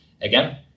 again